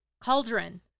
Cauldron